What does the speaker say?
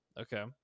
okay